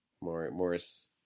Morris